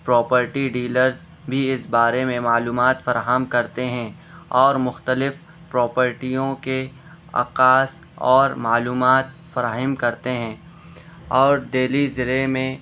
property dealers بھی اس بارے میں معلومات فراہم کرتے ہیں اور مختلف پروپرٹیوں کے عکاس اور معلومات فراہم کرتے ہیں اور دہلی ضلع میں